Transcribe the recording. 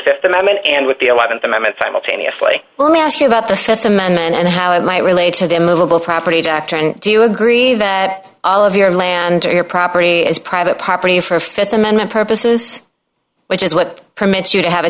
the th amendment and with the th amendment simultaneously let me ask you about the th amendment and how it might relate to them little property doctrine do you agree that all of your land or your property is private property for th amendment purposes which is what permits you to have a